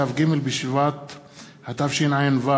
כ"ג בשבט התשע"ו,